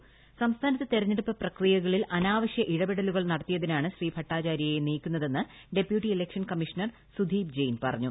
സംസ്ഥാിന്റര്ത്ത് തിരഞ്ഞെടുപ്പ് പ്രക്രിയകളിൽ അനാവശ്യ ഇടപെടലുകൾ ആടത്തിയതിനാണ് ശ്രീ ഭട്ടാചാര്യയെ നീക്കുന്നതെന്ന് deputy election commissioner Sudeep Jain പറഞ്ഞു